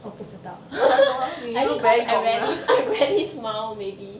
you look very gong ah